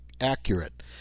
accurate